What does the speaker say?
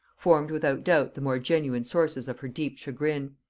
formed without doubt the more genuine sources of her deep chagrin.